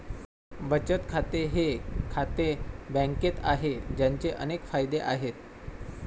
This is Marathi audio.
बचत खाते हे खाते बँकेत आहे, ज्याचे अनेक फायदे आहेत